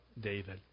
David